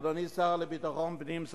אדוני השר לביטחון הפנים,